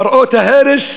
מראות ההרס,